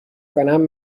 کنم